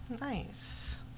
Nice